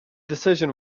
decision